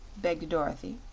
begged dorothy.